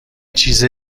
چیز